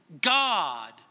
God